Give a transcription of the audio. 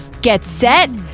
get set.